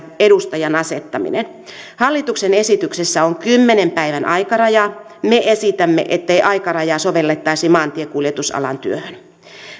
edustajan asettaminen hallituksen esityksessä on kymmenen päivän aikaraja me esitämme ettei aikarajaa sovellettaisi maantiekuljetusalan työhön